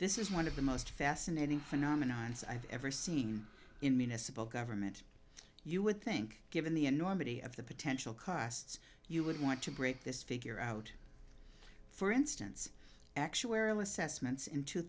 this is one of the most fascinating phenomenon as i've ever seen in municipal government you would think given the enormity of the potential costs you would want to break this figure out for instance actuarial assessments in two